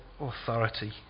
Authority